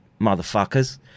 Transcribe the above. motherfuckers